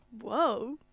whoa